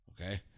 Okay